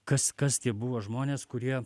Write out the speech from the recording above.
kas kas tie buvo žmonės kurie